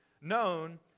known